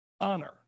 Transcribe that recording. honor